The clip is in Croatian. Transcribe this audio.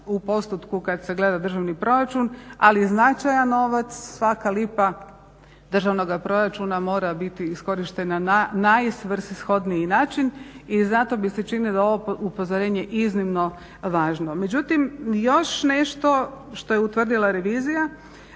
u postotku kad se gleda državni proračun, ali je značajan novac, svaka lipa državnoga proračuna mora biti iskorištena na najsvrsishodniji način i zato mi se čini da je ovo upozorenje iznimno važno. Međutim, još nešto što je utvrdila revizija